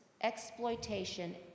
exploitation